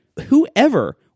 Whoever